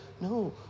No